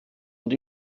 und